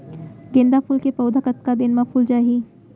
गेंदा फूल के पौधा कतका दिन मा फुल जाही?